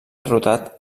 derrotat